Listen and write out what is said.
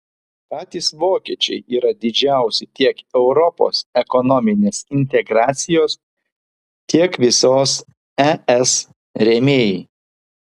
patys vokiečiai yra didžiausi tiek europos ekonominės integracijos tiek visos es rėmėjai